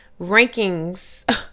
rankings